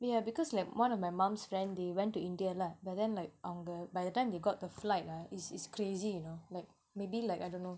yeah because like one of my mum's friend they went to india lah but then like அவங்க:avanga by the time they got the flight ah is is crazy you know like maybe like I don't know